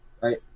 right